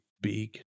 big